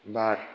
बार